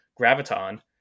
Graviton